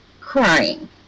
crying